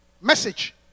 Message